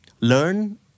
learn